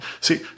See